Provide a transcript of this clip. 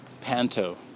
Panto